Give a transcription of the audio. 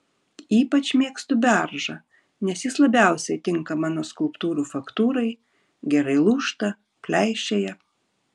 ypač mėgstu beržą nes jis labiausiai tinka mano skulptūrų faktūrai gerai lūžta pleišėja